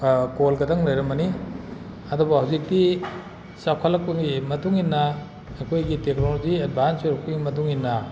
call ꯈꯛꯇꯪ ꯂꯩꯔꯝꯕꯅꯤ ꯑꯗꯨꯕꯨ ꯍꯧꯖꯤꯛꯇꯤ ꯆꯥꯎꯈꯠꯂꯛꯄꯒꯤ ꯃꯇꯨꯡ ꯏꯟꯅ ꯑꯩꯈꯣꯏꯒꯤ ꯇꯦꯛꯅꯣꯂꯣꯖꯤ ꯑꯦꯗꯚꯥꯟꯁ ꯑꯣꯏꯔꯛꯄꯒꯤ ꯃꯇꯨꯡ ꯏꯟꯅ